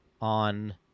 on